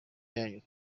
yanyu